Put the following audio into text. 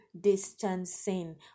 distancing